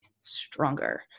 stronger